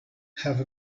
have